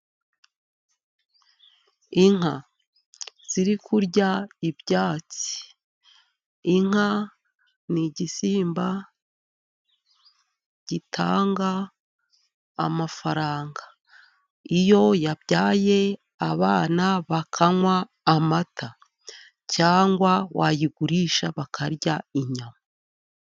Inka ziri kurya ibyatsi ,inka ni igisimba gitanga amafaranga, iyo yabyaye abana bakanywa amata ,cyangwa wayigurisha bakarya inyama.